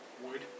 Wood